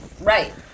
Right